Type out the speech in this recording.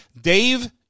Dave